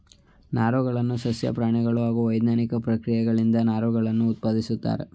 ನಾರುಗಳನ್ನು ಸಸ್ಯ ಪ್ರಾಣಿಗಳು ಹಾಗೂ ವೈಜ್ಞಾನಿಕ ಪ್ರಕ್ರಿಯೆಗಳಿಂದ ನಾರುಗಳನ್ನು ಉತ್ಪಾದಿಸುತ್ತಾರೆ